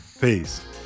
Peace